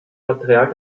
material